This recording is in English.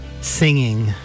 singing